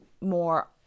more